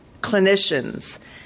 clinicians